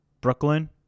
Brooklyn